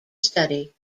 study